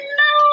no